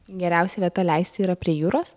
geriausia vieta leisti yra prie jūros